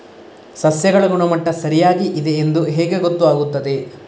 ಸಸ್ಯಗಳ ಗುಣಮಟ್ಟ ಸರಿಯಾಗಿ ಇದೆ ಎಂದು ಹೇಗೆ ಗೊತ್ತು ಆಗುತ್ತದೆ?